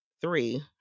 three